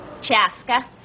Chaska